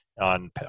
on